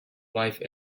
life